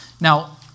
Now